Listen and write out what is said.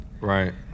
right